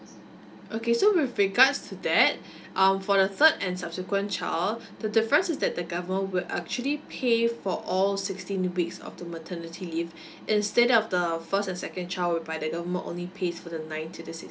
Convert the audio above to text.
okay so with regards to that um for the third and subsequent child the difference is that the government will actually pay for all sixteen weeks of the maternity leave instead of the first and second child whereby the government only pays for the nineth to the sixteenth